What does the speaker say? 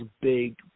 big